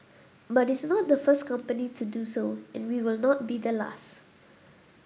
but it's not the first company to do so and will not be the last